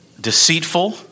Deceitful